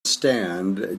stand